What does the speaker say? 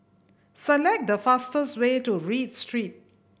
select the fastest way to Read Street